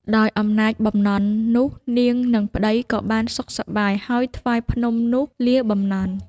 ដោយអំណាចបំណន់នោះ នាងនឹងប្តីក៏បានសុខសប្បាយ ហើយថ្វាយភ្នំនោះលាបំណន់ ។